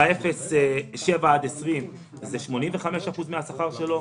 ב-7 עד 20 קילומטר זה 85% מן השכר שלו.